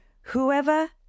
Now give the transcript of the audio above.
Whoever